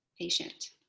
patient